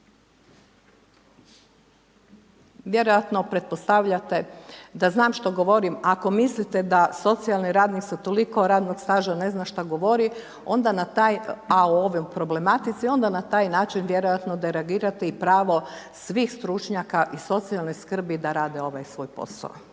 Vjerojatno pretpostavljate da znam što govorim ako mislite da socijalni radnik sa toliko radnog staža ne zna šta govori, onda na taj, a o ovoj problematici, onda na taj način vjerojatno da reagirate i pravo svih stručnjaka i socijalne skrbi da rade ovaj svoj posao.